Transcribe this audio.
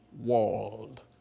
world